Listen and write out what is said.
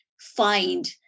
find